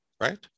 right